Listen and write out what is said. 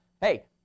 hey